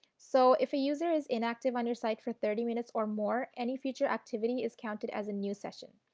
so, if a user is inactive on your site for thirty minutes or more any future activity is counted as a new session.